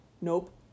nope